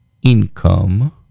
income